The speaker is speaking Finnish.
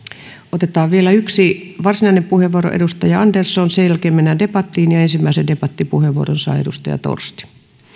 otetaan vielä yksi varsinainen puheenvuoro edustaja andersson sen jälkeen mennään debattiin ja ensimmäisen debattipuheenvuoron saa edustaja torsti